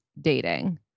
dating